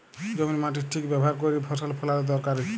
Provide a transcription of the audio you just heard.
জমির মাটির ঠিক ব্যাভার ক্যইরে ফসল ফলাল দরকারি